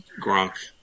gronk